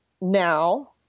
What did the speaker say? now